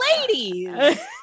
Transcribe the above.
ladies